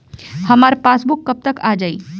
हमार पासबूक कब तक आ जाई?